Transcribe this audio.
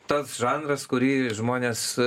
tas žanras kurį žmonės